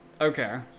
okay